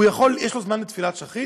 יש לו זמן לתפילת שחרית?